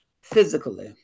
physically